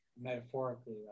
metaphorically